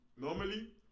normally